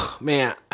Man